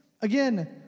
Again